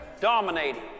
dominating